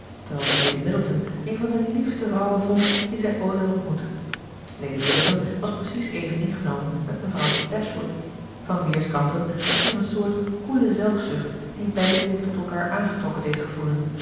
terwijl zij lady middleton een van de liefste vrouwen vond die zij ooit had ontmoet lady middleton was precies even ingenomen met mevrouw dashwood van weerskanten was hier een soort koele zelfzucht die beiden zich tot elkaar aangetrokken deed gevoelen